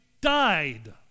died